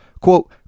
Quote